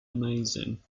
amazing